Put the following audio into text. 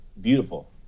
Beautiful